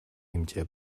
хэмжээ